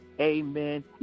Amen